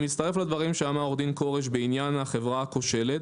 אני מצטרף לדברים שאמר עורך דין כורש בעניין החברה הכושלת,